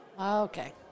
Okay